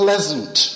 Pleasant